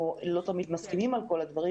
אנחנו לא תמיד מסכימים על כל הדברים,